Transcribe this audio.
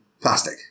plastic